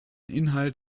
inhalt